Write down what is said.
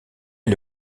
est